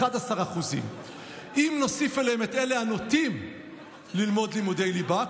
11%. אם נוסיף עליהם את אלה הנוטים ללמוד לימודי ליבה,